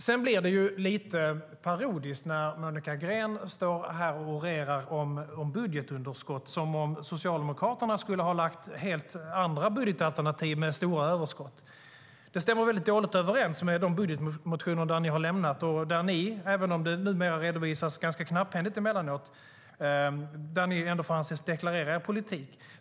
Sedan blir det lite parodiskt när Monica Green här orerar om budgetunderskott, som om Socialdemokraterna skulle ha lagt fram helt andra budgetalternativ med stora överskott. Det stämmer väldigt dåligt överens med de budgetmotioner där ni - även om det emellanåt redovisas ganska knapphändigt numera - får anses deklarera er politik.